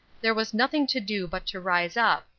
there was nothing to do but to rise up,